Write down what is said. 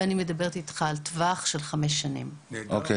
ואני מדברת איתך על טווח של חמש שנים --- אוקיי.